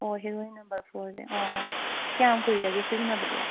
ꯑꯣ heroin number ꯐꯣꯔꯁꯦ ꯑꯣ ꯀꯌꯥꯝ ꯀꯨꯏꯔꯒꯦ ꯁꯤꯖꯤꯟꯅꯕꯗꯤ